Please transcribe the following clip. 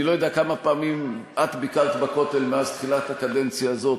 אני לא יודע כמה פעמים את ביקרת בכותל מאז תחילת הקדנציה הזאת,